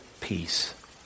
peace